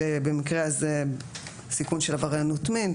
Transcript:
במקרה הזה סיכון של עבריינות מין.